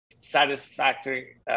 satisfactory